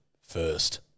first